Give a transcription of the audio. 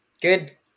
good